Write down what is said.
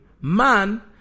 Man